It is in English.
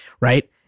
right